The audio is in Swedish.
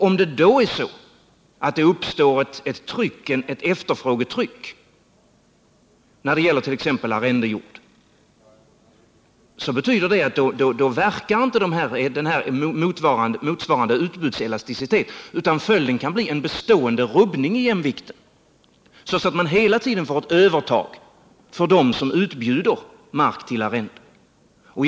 Om det då uppstår ett efterfrågetryck när det gäller t.ex. arrendejord, verkar inte motsvarande utbudselasticitet, utan följden blir en bestående rubbning i jämvikten, så att det hela tiden blir ett övertag för dem som utbjuder mark till arrende.